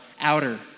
outer